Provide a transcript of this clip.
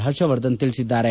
ಹರ್ಷವರ್ಧನ್ ತಿಳಿಸಿದ್ದಾರೆ